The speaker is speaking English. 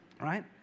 right